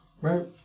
right